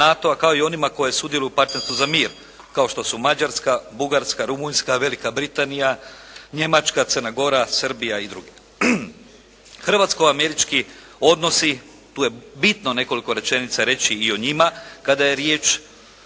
Hrvatsko-američki odnosi, tu je bitno nekoliko rečenica reći i o njima kada je riječ